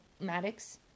Maddox